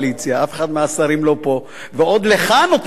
ועוד לך נותנים לענות על הנושא הזה.